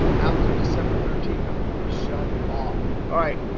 after december thirteenth, it will be shut off. all right.